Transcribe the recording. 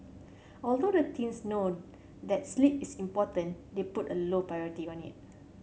although the teens known that sleep is important they put a low priority on it